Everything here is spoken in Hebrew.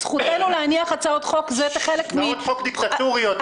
זכותנו להניח הצעות חוק וזה כחלק מ --- הצעות חוק דיקטטוריות.